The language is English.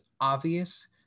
obvious